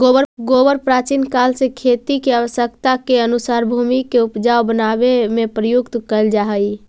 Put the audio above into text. गोबर प्राचीन काल से खेती के आवश्यकता के अनुसार भूमि के ऊपजाऊ बनावे में प्रयुक्त कैल जा हई